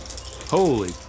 Holy